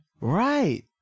Right